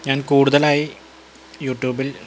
ഞാന് കൂടുതലായി യു ട്യൂബില്